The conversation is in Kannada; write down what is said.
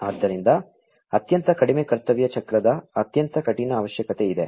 ಆದ್ದರಿಂದ ಅತ್ಯಂತ ಕಡಿಮೆ ಕರ್ತವ್ಯ ಚಕ್ರದ ಅತ್ಯಂತ ಕಠಿಣ ಅವಶ್ಯಕತೆಯಿದೆ